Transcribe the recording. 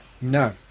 No